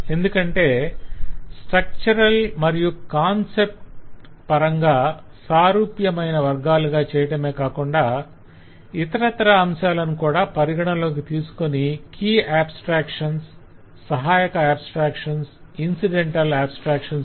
ఎందుకంటే స్ట్రక్చరల్ మరియు కాన్సెప్ట్ పరంగా సారూప్యమైన వర్గాలుగా చేయటమేకాకుండా ఇతరత్రా అంశాలను కూడా పరిగణలోకి తీసుకొని కీ ఆబ్స్ట్రాక్షన్స్ సహాయక ఆబ్స్ట్రాక్షన్స్ ఇన్సిడెంటల్ ఆబ్స్ట్రాక్షన్స్